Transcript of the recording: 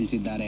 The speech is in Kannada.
ತಿಳಿಸಿದ್ದಾರೆ